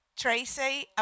Tracy